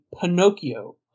Pinocchio